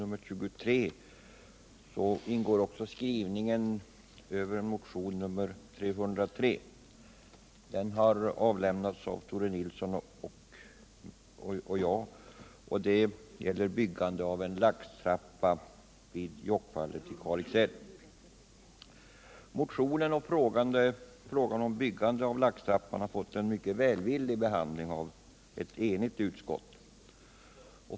Motionen om byggandet av laxtrappan har fått en mycket välvillig behandling av ett enigt utskott.